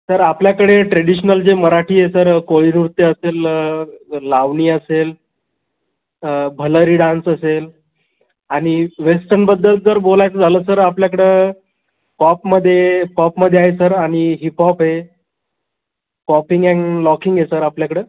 sir आपल्याकडे traditional जे मराठी आहे तर कोळी नृत्य असेल लावणी असेल भलरी डान्स असेल आणि वेस्टर्नबद्दल जर बोलायचं झालं तर आपल्याकडं पॉपमध्ये पॉपमध्ये आहे सर आणि हिप हॉप आहे पॉपिंग अँड लॉकिंग आहे सर आपल्याकडं